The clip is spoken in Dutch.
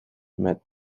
met